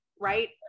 right